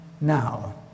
now